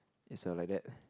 it's a like that